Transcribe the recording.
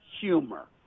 humor